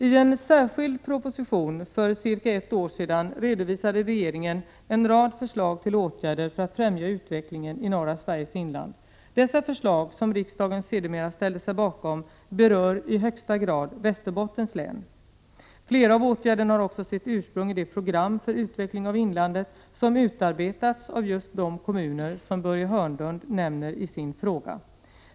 Ten särskild proposition för cirka ett år sedan redovisade regeringen en rad förslag till åtgärder för att främja utvecklingen i norra Sveriges inland. Dessa förslag, som riksdagen sedermera ställde sig bakom, berör i högsta grad Prot. 1988/89:26 Västerbottens län. Flera av åtgärderna har också sitt ursprung i det program 17 november 1988 för utveckling av inlandet som utarbetats av just de kommuner som Börje =. a Hörnlund nämner i sin fråga.